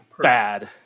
Bad